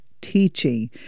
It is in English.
teaching